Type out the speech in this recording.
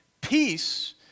Peace